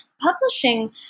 publishing